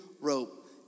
rope